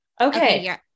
Okay